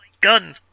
gun